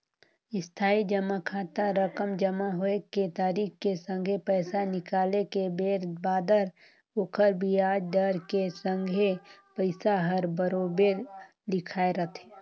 इस्थाई जमा खाता रकम जमा होए के तारिख के संघे पैसा निकाले के बेर बादर ओखर बियाज दर के संघे पइसा हर बराबेर लिखाए रथें